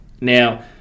Now